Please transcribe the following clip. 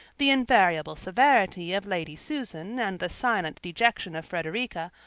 the invariable severity of lady susan and the silent dejection of frederica,